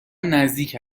نزدیک